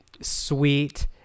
sweet